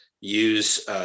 Use